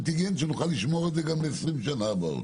אנטיגן שנוכל לשמור את זה גם ל-20 השנה הבאות.